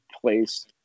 place